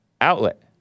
outlet